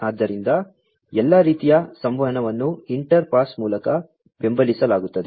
ಆದ್ದರಿಂದ ಎಲ್ಲಾ ರೀತಿಯ ಸಂವಹನವನ್ನು ಇಂಟರ್ ಪಾಸ್ ಮೂಲಕ ಬೆಂಬಲಿಸಲಾಗುತ್ತದೆ